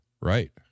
right